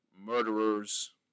murderers